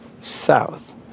south